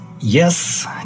Yes